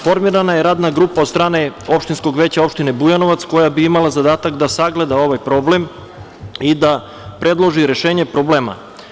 Formirana je Radna grupa od strane opštinskog veća opštine Bujanovac, koja bi imala zadatak da sagleda ovaj problem i da predloži rešenje problema.